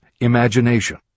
imagination